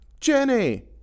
Jenny